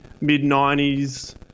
mid-90s